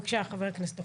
בבקשה, חבר הכנסת אוחנה.